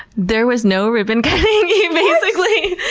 there was no ribbon-cutting basically!